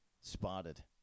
spotted